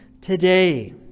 today